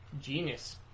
Genius